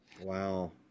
Wow